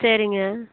சரிங்க